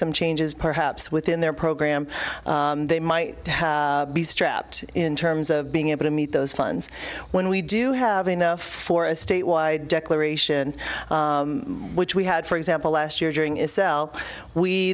some changes perhaps within their program they might be strapped in terms of being able to meet those funds when we do have enough for a state wide declaration which we had for example last year during is cell we